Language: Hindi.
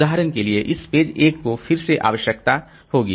उदाहरण के लिए इस पेज 1 को फिर से आवश्यकता होगी